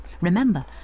Remember